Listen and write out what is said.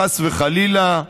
חס וחלילה,